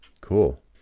Cool